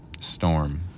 storm